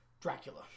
Dracula